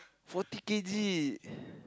forty k_g